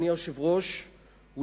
אדוני היושב-ראש,